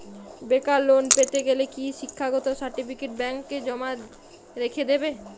বেকার লোন পেতে গেলে কি শিক্ষাগত সার্টিফিকেট ব্যাঙ্ক জমা রেখে দেবে?